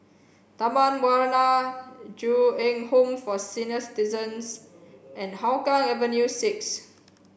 Taman Warna Ju Eng Home for Senior Citizens and Hougang Avenue six